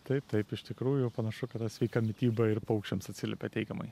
taip taip iš tikrųjų panašu kad ta sveika mityba ir paukščiams atsiliepia teigiamai